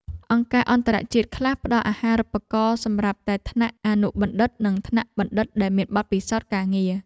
អង្គការអន្តរជាតិខ្លះផ្តល់អាហារូបករណ៍សម្រាប់តែថ្នាក់អនុបណ្ឌិតនិងថ្នាក់បណ្ឌិតដែលមានបទពិសោធន៍ការងារ។